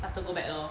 faster go back 咯